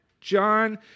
John